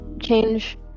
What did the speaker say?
change